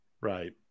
Right